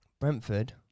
Brentford